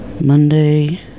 Monday